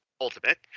Ultimate